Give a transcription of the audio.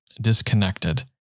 disconnected